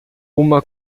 uma